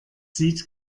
sieht